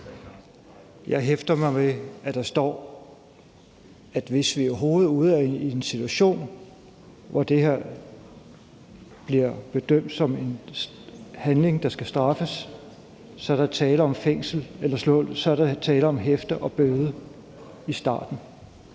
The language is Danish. Jeg hæfter mig ved, at der står, at hvis vi er ude i en situation, hvor det her bliver bedømt som en handling, der skal straffes, så er der tale om hæfte eller bøde i starten,